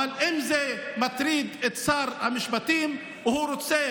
אבל אם זה מטריד את שר המשפטים והוא רוצה